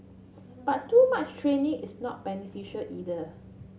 but too much training is not beneficial either